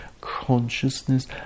Consciousness